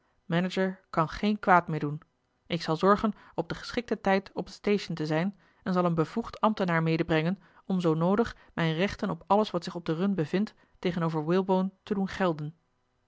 manager kan geen kwaad meer doen ik zal zorgen op den geschikten tijd op het station te zijn en zal een bevoegd ambtenaar medebrengen om zoo noodig mijne rechten op alles wat zich op de run bevindt tegenover walebone te doen gelden